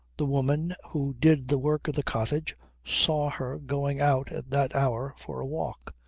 the woman who did the work of the cottage saw her going out at that hour, for a walk.